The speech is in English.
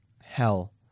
hell